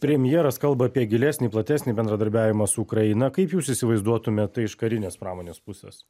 premjeras kalba apie gilesnį platesnį bendradarbiavimą su ukraina kaip jūs įsivaizduotumėt iš karinės pramonės pusės